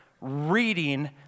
reading